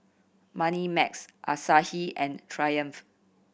Moneymax Asahi and Triumph